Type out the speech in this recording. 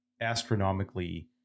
astronomically